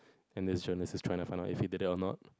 and this journalist is trying to find out if he did it or not